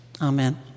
Amen